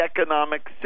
economic